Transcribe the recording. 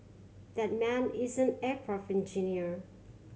that man is an aircraft engineer